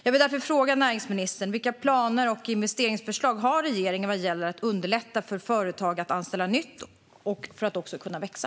Jag vill därför fråga näringsministern vilka planer och investeringsförslag regeringen har vad gäller att underlätta för företag att anställa nytt och för att kunna växa.